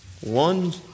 One